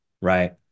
Right